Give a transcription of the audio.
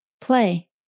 Play